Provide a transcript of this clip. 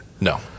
No